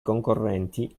concorrenti